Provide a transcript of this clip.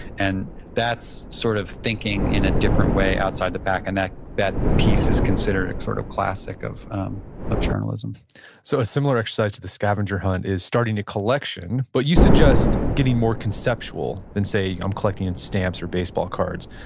and that's sort of thinking in a different way outside the pack. and that that piece is considered a sort of classic of um of journalism so a similar exercise to the scavenger hunt is starting to collection, but you suggest getting more conceptual than say i'm collecting in stamps or baseball cards.